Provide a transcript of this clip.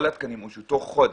כל התקנות אוישו תוך חודש.